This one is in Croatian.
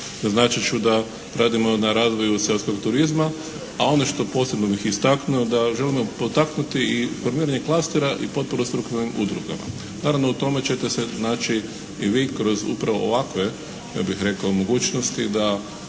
Naznačit ću da radimo na razvoju seoskog turizma, a ono što posebno bih istaknuo da želimo potaknuti i formiranje klastera i potporu strukturnim udrugama. Naravno, u tome ćete se naći i vi kroz upravo ovakve ja